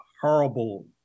horrible